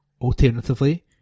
Alternatively